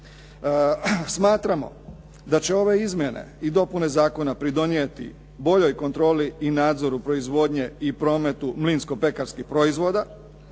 Smatramo da će ove izmjene i dopune zakona pridonijeti boljoj kontroli i nadzoru proizvodnje i prometu mlinsko pekarskih proizvoda,